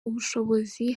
ubushobozi